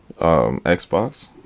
Xbox